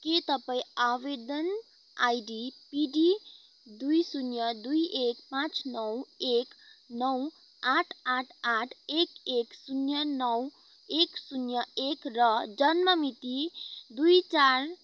के तपाईँ आवेदन आइडी पिडी दुई शून्य दुई एक पाँच नौ एक नौ आठ आठ आठ एक एक शून्य नौ एक शून्य एक र जन्म मिति दुई चार